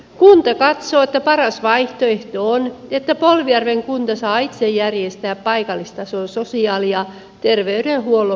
kunta katsoo että paras vaihtoehto on että polvijärven kunta saa itse järjestää paikallistason sosiaali ja terveydenhuollon palvelut